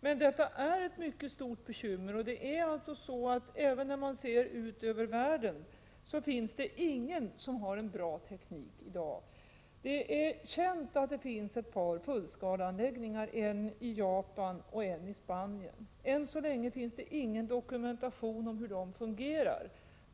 Men vi har stora bekymmer på detta område. Även när man ser ut över världen finner man i dag ingen som har en bra teknik. Det är känt att det finns ett par fullskaleanläggningar: en i Japan och en i Spanien. Än så länge finns ingen dokumentation om hur dessa anläggningar fungerar.